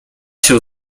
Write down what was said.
się